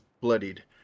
bloodied